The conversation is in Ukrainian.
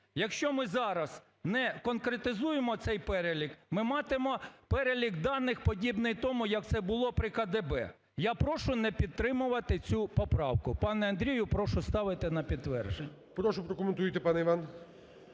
Якщо ми зараз не конкретизуємо цей перелік – ми матимемо перелік даних, подібний тому, як це було при КДБ. Я прошу не підтримувати цю поправку. Пане Андрію, прошу ставити на підтвердження. ГОЛОВУЮЧИЙ. Прошу прокоментуйте, пане Іван.